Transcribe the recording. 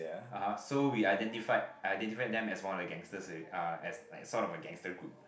(uh huh) so we identified identified them as one of the gangsters all it uh as like sort of a gangster group